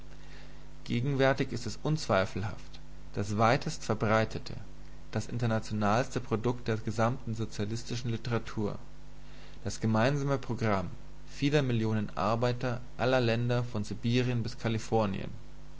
gegenwärtig ist es unzweifelhaft das weitest verbreitete das internationalste produkt der gesamten sozialistischen literatur das gemeinsame programm vieler millionen arbeitern aller länder von sibirien bis kalifornien